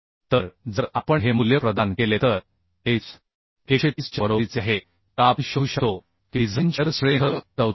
तर जर आपण हे मूल्य प्रदान केले तर h 130 च्या बरोबरीचे आहे तर आपण शोधू शकतो की डिझाइन शिअर स्ट्रेंथ 34